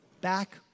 back